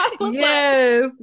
Yes